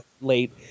late